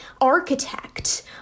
architect